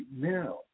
now